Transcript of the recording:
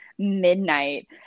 Midnight